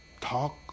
talk